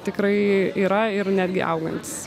tikrai yra ir netgi augantis